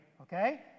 okay